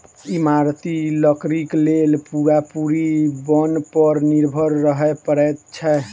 इमारती लकड़ीक लेल पूरा पूरी बन पर निर्भर रहय पड़ैत छै